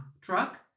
truck